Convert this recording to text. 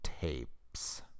tapes